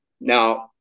Now